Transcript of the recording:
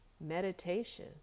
meditation